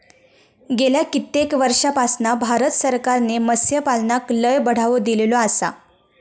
गेल्या कित्येक वर्षापासना भारत सरकारने मत्स्यपालनाक लय बढावो दिलेलो आसा